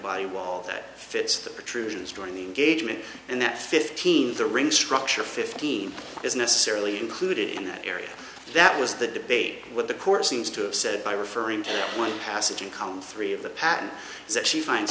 body wall that fits the patroons during the gauge me and that fifteen the ring structure fifteen is necessarily included in the area that was the debate with the course seems to have said by referring to one passage and come three of the patent that she find